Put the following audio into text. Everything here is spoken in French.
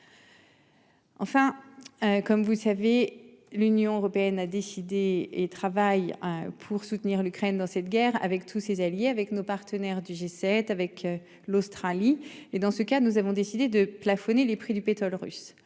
Enfin. Comme vous savez, l'Union européenne a décidé et travaille pour soutenir l'Ukraine dans cette guerre avec tous ses alliés avec nos partenaires du G7, avec l'Australie et dans ce cas, nous avons décidé de plafonner les prix du pétrole russe